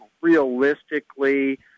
realistically